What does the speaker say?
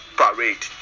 parade